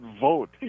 vote